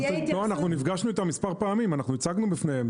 לא, אנחנו נפגשנו איתם מספר פעמים והצגנו בפניהם.